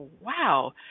wow